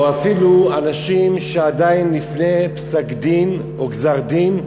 או אפילו אנשים שעדיין לפני פסק-דין או גזר-דין,